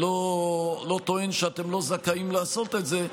אני לא טוען שאתם לא זכאים לעשות את זה,